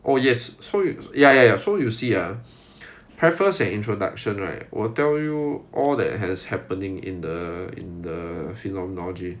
oh yes so ya ya ya ya so you see ah preface and introduction right will tell you all that has happening in the in the phenomenology